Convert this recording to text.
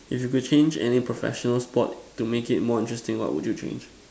if you could change any professional sport to make it more interesting what would you change